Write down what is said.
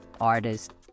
artists